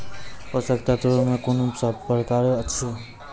पोसक तत्व मे कून सब प्रकार अछि?